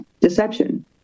deception